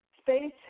space